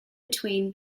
between